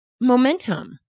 momentum